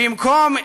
בִּמקום,